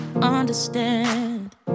understand